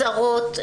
שרות,